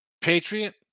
Patriot